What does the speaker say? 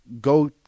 go